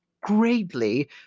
greatly